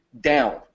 down